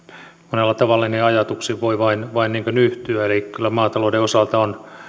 monella tavalla niihin ajatuksiin voi vain vain yhtyä eli kyllä maatalouden osalta on